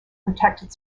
protected